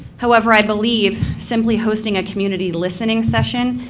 however, i believe simply hosting a community listening session,